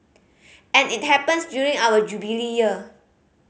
and it happens during our Jubilee Year